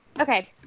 Okay